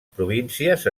províncies